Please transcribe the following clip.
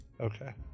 Okay